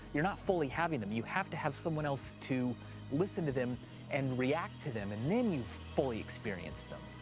you're not fully having them. you have to have someone else to listen to them and react to them, and then you've fully experienced them.